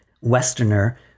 westerner